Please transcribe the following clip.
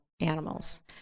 animals